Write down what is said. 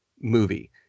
movie